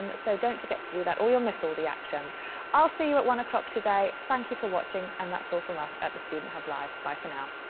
um so don't forget to do that or you'll miss all the action i'll see you at one zero today. thank you for watching. and that's all from us at the student hub live. bye for now.